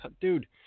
dude